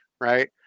right